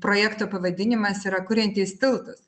projekto pavadinimas yra kuriantys tiltus